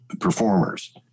performers